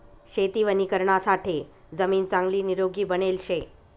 शेती वणीकरणासाठे जमीन चांगली निरोगी बनेल शे